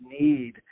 need